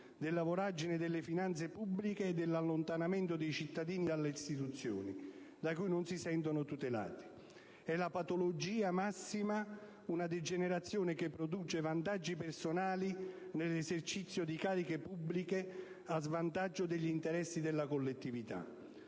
della voragine delle finanze pubbliche e dell'allontanamento dei cittadini dalle istituzioni da cui non si sentono tutelati. È la «patologia massima», una degenerazione che produce vantaggi personali nell'esercizio di cariche pubbliche a svantaggio degli interessi della collettività.